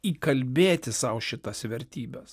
įkalbėti sau šitas vertybes